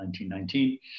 1919